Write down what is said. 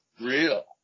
real